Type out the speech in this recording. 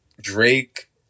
Drake